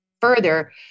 further